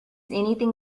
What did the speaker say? anything